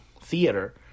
theater